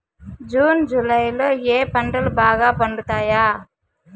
June జులై లో ఏ పంటలు బాగా పండుతాయా?